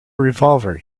revolver